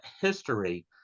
history